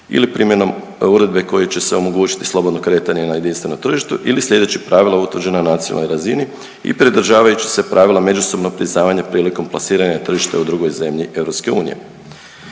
ili primjenom uredbe koji će se omogućiti slobodno kretanje na jedinstvenom tržištu ili slijedeći pravila utvrđena na nacionalnoj razini i pridržavajući se pravila međusobnog priznavanja prilikom plasiranja na tržište u drugoj zemlji EU.